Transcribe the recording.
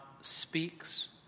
speaks